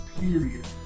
period